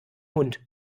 hund